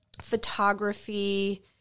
photography